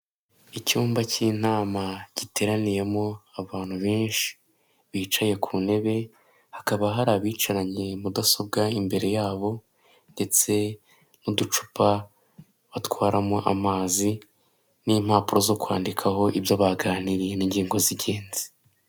Icyumba cy'inama giteraniyemo abantu benshi bicaye ku ntebe, hakaba hari abicaranye mudasobwa imbere yabo ndetse n'uducupa batwaramo amazi, n'impapuro zo kwandikaho ibyo baganiriye n'ingingo z'ingenzi.